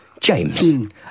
James